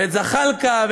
ואת זחאלקה,